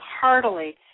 heartily